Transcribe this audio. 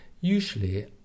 Usually